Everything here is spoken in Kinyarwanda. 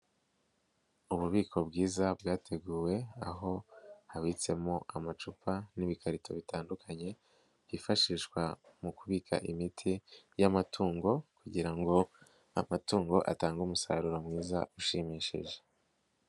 Ububiko bwiza bwateguwe aho habitsemo amacupa n'ibikarito bitandukanye, byifashishwa mu kubika imiti y'amatungo kugira ngo amatungo atange umusaruro mwiza ushimishije.